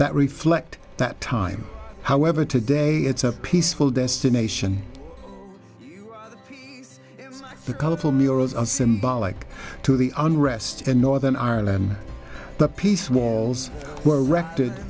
that reflect that time however today it's a peaceful destination the colorful murals are symbolic to the unrest in northern ireland the peace walls were